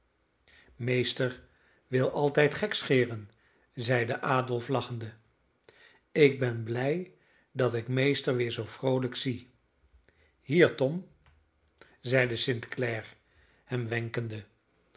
meester wil altijd gekscheren zeide adolf lachende ik ben blij dat ik meester weer zoo vroolijk zie hier tom zeide st clare hem wenkende